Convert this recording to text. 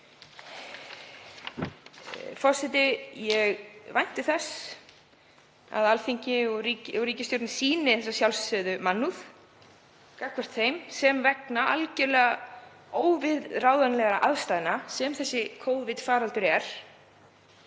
Forseti. Ég vænti þess að Alþingi og ríkisstjórnin sýni þessa sjálfsögðu mannúð gagnvart þeim sem vegna algerlega óviðráðanlegra aðstæðna, sem þessi Covid-faraldur er,